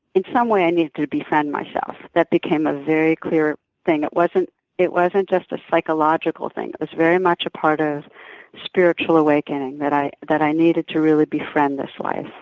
in some ways, i needed to befriend myself. that became a very clear thing. it wasn't it wasn't just a psychological thing it was very much a part of spiritual awakening that i that i needed to really befriend this life.